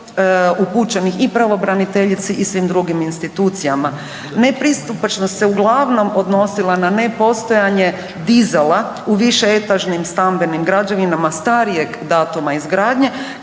upućenih i pravobraniteljici i svim drugim institucijama. Nepristupačnost se uglavnom odnosila na nepostojanje dizala u više etažnim stambenim građevinama starijeg datuma izgradnje